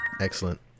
Excellent